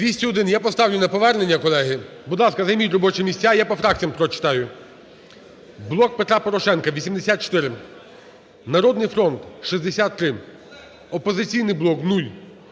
За-201 Я поставлю на повернення, колеги. Будь ласка, займіть робочі місця. Я по фракціях прочитаю: "Блок Петра Порошенка" – 84, "Народний фронт" – 63, "Опозиційний блок" –